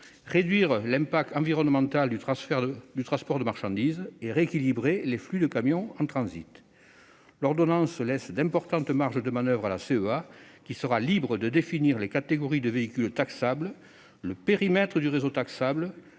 réduire l'impact environnemental du transport de marchandises ; enfin, rééquilibrer les flux de camions en transit. L'ordonnance laisse d'importantes marges de manoeuvre à la CEA, qui sera libre de définir les catégories de véhicules taxables, le périmètre du réseau taxable,